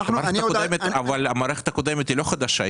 אבל המערכת הקודמת היא לא חדשה.